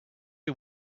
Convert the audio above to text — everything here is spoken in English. you